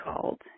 called